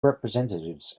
representatives